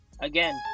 Again